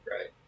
Right